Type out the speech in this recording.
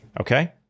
okay